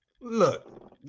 Look